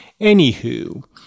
Anywho